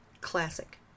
classic